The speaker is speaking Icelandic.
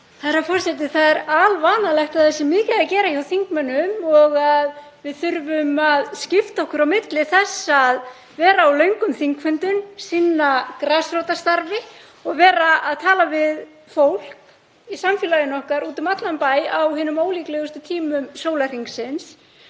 Það er alvanalegt að mikið sé að gera hjá þingmönnum og að við þurfum að skipta því á milli okkar að vera á löngum þingfundum, sinna grasrótarstarfi og tala við fólk í samfélaginu okkar úti um allan bæ á hinum ólíklegustu tímum sólarhringsins.